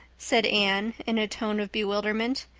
said anne in a tone of bewilderment.